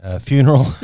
funeral